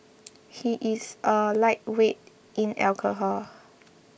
he is a lightweight in alcohol